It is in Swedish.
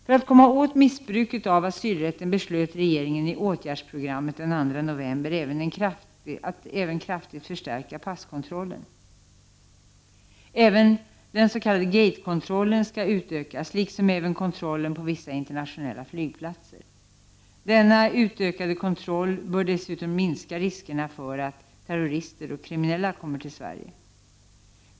För att komma åt missbruket av asylrätten beslöt regeringen i åtgärdsprogrammet den 2 november även att kraftigt förstärka passkontrollen. Även den s.k. gate-kontrollen skall utökas, liksom även kontrollen på vissa internationella flygplatser. Denna utökade kontroll bör dessutom minska riskerna för att terrorister och kriminella kommer till Sverige.